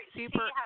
super